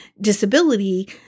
disability